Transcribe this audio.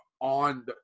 on